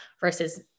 versus